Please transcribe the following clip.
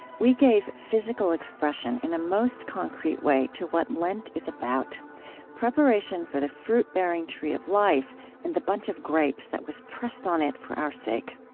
we gave physical expression in a most concrete way to what lent is about preparation for the fruit-bearing tree of life and the bunch of grapes that was pressed on it for our sake.